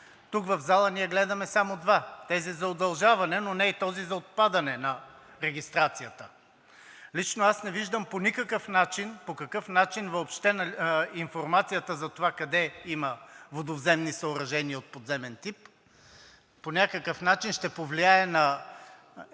тук в залата ние гледаме само два – тези за удължаване, но не и този за отпадане на регистрацията. Лично аз не виждам по какъв начин въобще информацията за това къде има водовземни съоръжения от подземен тип по някакъв начин ще повлияе въобще на